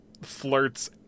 flirts